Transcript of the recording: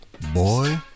Boy